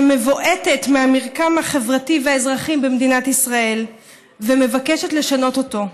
שמבועתת מהמרקם החברתי והאזרחי במדינת ישראל ומבקשת לשנות אותו.